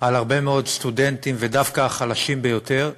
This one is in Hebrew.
על הרבה מאוד סטודנטים, ודווקא החלשים ביותר,